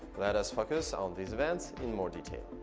let us focus on these events in more detail.